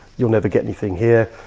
you'll never get anything here.